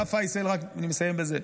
היה פייסל, אני מסיים בזה,